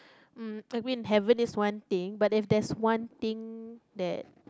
uh I mean heaven is one thing but if there's one thing that